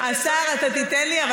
צריך את זה.